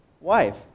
wife